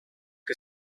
que